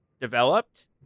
developed